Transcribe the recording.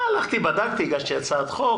הלכתי ובדקתי, הגשתי הצעת חוק.